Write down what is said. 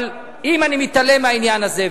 אבל אם אני מתעלם מהעניין הזה,